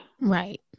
right